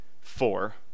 four